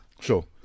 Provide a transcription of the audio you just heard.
Sure